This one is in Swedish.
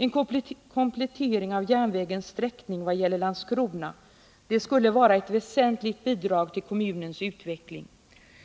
En komplettering av järnvägens sträckning till Landskrona skulle vara ett väsentligt bidrag till kommunens utveckling.